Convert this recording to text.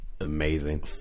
Amazing